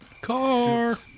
car